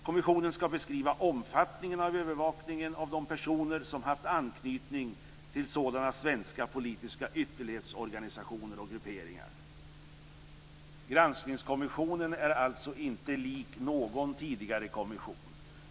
Kommissionen ska beskriva omfattningen av övervakningen av de personer som haft anknytning till sådana svenska politiska ytterlighetsorganisationer och grupperingar. Granskningskommissionen är alltså inte lik någon tidigare kommission.